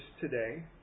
today